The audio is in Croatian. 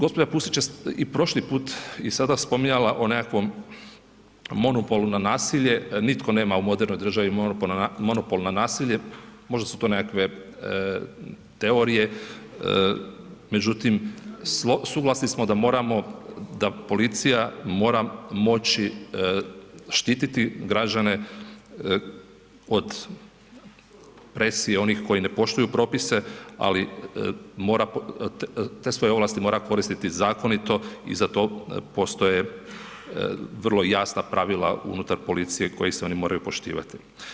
Gđa. Pusić je i prošli put i sada spominjala o nekakvom monopolu na nasilje, nitko nema u modernoj državi monopol na nasilje, možda su to nekakve teorije, međutim, suglasni smo da moramo, da policija mora moći štititi građane od presije onih koji ne poštuju propise, ali mora, te svoje ovlasti mora koristiti zakonito i za to postoje vrlo jasna pravila unutar policije koji se oni moraju poštivati.